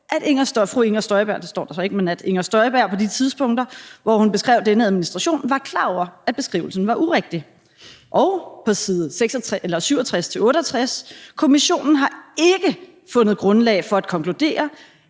at Inger Støjberg på de tidspunkter, hvor hun beskrev denne administration, var klar over, at beskrivelsen var urigtig. Og på side 67-68 står: Kommissionen har ikke fundet grundlag for at konkludere,